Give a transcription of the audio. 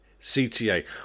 CTA